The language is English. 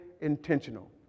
intentional